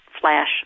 flash